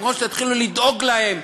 במקום שתתחילו לדאוג להם,